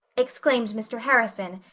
exclaimed mr. harrison,